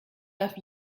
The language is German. darf